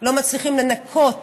לא מצליחים לנקות